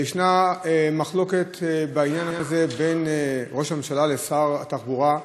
יש מחלוקת בעניין הזה בין ראש הממשלה לשר התחבורה,